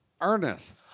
Ernest